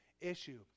issue